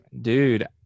Dude